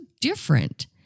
different